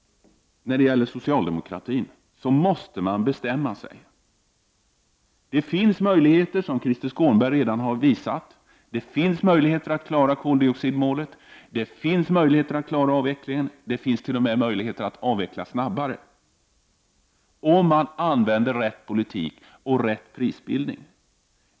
Socialdemokratin måste bestämma sig. Som Krister Skånberg redan har visat finns det möjligheter att klara koldioxidmålet och att klara avvecklingen. Det finns t.o.m. möjligheter att avveckla snabbare, om man använder rätt politik och rätt prisbildning.